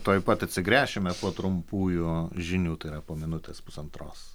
tuoj pat atsigręšime o trumpųjų žinių tai yra po minutės pusantros